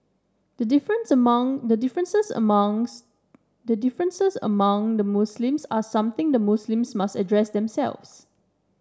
the differences among the differences among the differences among the Muslims are something the Muslims must address themselves